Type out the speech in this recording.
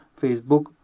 Facebook